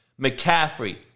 McCaffrey